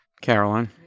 Caroline